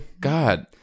God